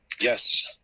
Yes